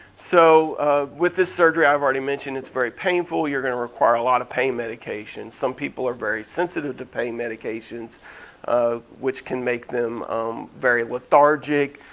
so with this surgery i've already mentioned it's very painful, you're gonna require a lot of pain medication. some people are very sensitive to pain medications which can make them um very lethargic,